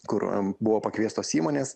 kur buvo pakviestos įmonės